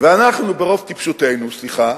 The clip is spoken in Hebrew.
ואנחנו ברוב טיפשותנו, סליחה,